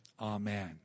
Amen